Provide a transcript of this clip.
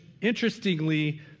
interestingly